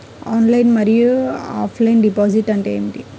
Online మరియు offline deposit అంటే ఏమిటి?